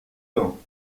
ans